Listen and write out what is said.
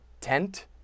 tent